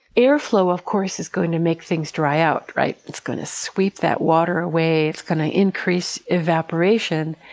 air flow of course is going to make things dry out, right? it's going to sweep that water away, it's going to increase evaporation,